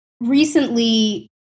Recently